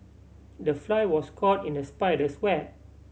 the fly was caught in the spider's web